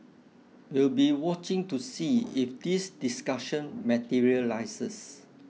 we'll be watching to see if this discussion materialises